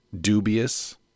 dubious